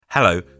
Hello